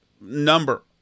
number